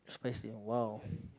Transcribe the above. spicy !wow!